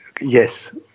yes